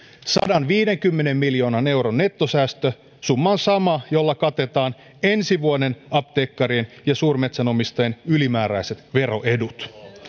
sadanviidenkymmenen miljoonan euron nettosäästö summa on sama jolla katetaan ensi vuoden apteekkarien ja suurmetsänomistajien ylimääräiset veroedut